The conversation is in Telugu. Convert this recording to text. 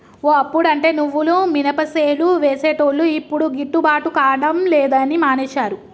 ఓ అప్పుడంటే నువ్వులు మినపసేలు వేసేటోళ్లు యిప్పుడు గిట్టుబాటు కాడం లేదని మానేశారు